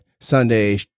sunday